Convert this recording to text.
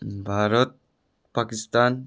Bharat Pakistan